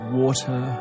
water